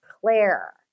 Claire